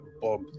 Bob